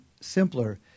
simpler